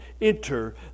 Enter